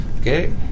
okay